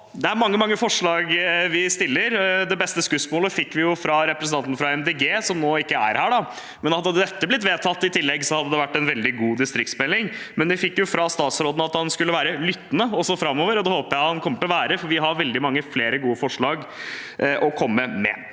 mange, mange forslag vi stiller. Det beste skussmålet fikk vi fra representanten fra Miljøpartiet De Grønne, som nå ikke er her, men hadde dette blitt vedtatt i tillegg, hadde det vært en veldig god distriktsmelding. Vi fikk jo høre fra statsråden at han skal være lyttende også framover, og det håper jeg han kommer til å være, for vi har veldig mange flere gode forslag å komme med.